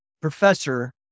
professor